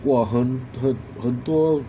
哇很很多